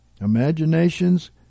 Imaginations